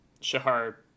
Shahar